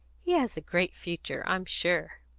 he has a great future, i'm sure.